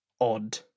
odd